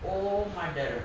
oh mother